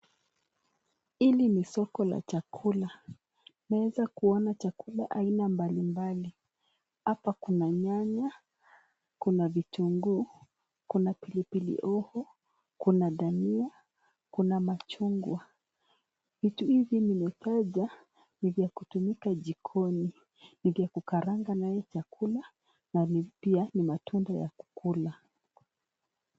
Hili ni soko la chakula, tunaweza kuona chakula aina mbali mbali. Hapa kuna nyanya, kuna vitunguu, kuna pilipili hoho, kuna dania, kuna machungwa vitu hizi nimetaja ni vya kutumika jikoni ni vya kukaranga naye chakula na pia ni matunda ya kukula.